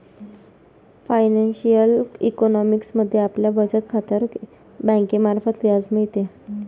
financial economics मध्ये आपल्याला बचत खात्यावर बँकेमार्फत व्याज मिळते